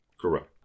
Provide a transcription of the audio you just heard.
Correct